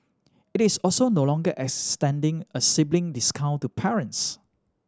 it is also no longer extending a sibling discount to parents